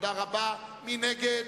מי נגד?